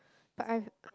but I